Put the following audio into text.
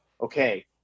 okay